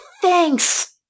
Thanks